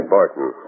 Barton